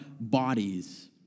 bodies